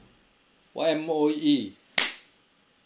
M_O_E